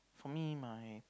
for me my